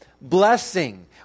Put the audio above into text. blessing